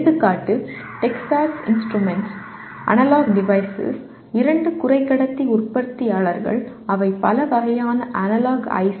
எடுத்துக்காட்டு Texas Instruments analogue சாதனங்கள் இரண்டு குறைக்கடத்தி உற்பத்தியாளர்கள் அவை பலவகையான அனலாக் ஐ